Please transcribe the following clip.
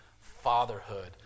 Fatherhood